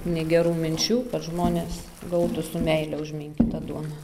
negerų minčių kad žmonės gautų su meile užminkytą duoną